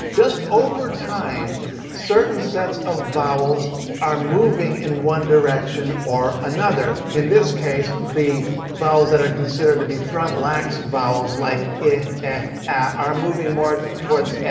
just over time certain sets of vowels are moving in one direction or another, in this case the vowels that are considered to be front lax vowels like ah are moving more towards.